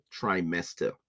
trimester